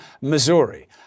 Missouri